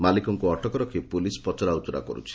ମାଲିକଙ୍କୁ ଅଟକ ରଖି ପୁଲିସ୍ ପଚରାଉଚର କରୁଛି